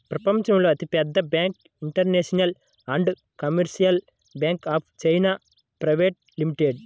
ప్రపంచంలో అతిపెద్ద bank industrial and commercial bank of China private limited